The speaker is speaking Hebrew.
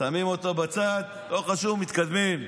שמים אותו בצד, לא חשוב, מתקדמים.